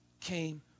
came